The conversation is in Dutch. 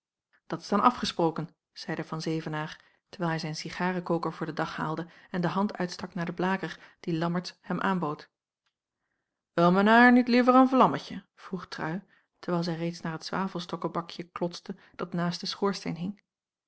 dat is dan afgesproken zeide van zevenaer terwijl hij zijn cigarekoker voor den dag haalde en de hand uitstak naar den blaker dien lammertsz hem aanbood wil men haier niet liever een vlammetje vroeg trui terwijl zij reeds naar het zwavelstokkebakje klotste dat naast den schoorsteen